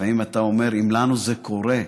לפעמים אתה אומר: אם לנו זה קורה,